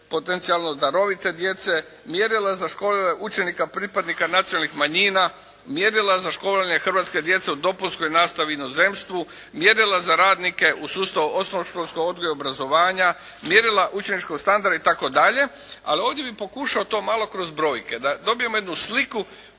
potencijalno darovite djece, mjerila za škole učenika pripadnika nacionalnih manjina, mjerila za školovanje hrvatske djece u dopunskoj nastavi u inozemstvu, mjerila za radnike u sustavu osnovnoškolskog odgoja i obrazovanja, mjerila učeničkog standarda itd. ali ovdje bih pokušao to malo kroz brojke, da dobijemo jednu sliku